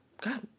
God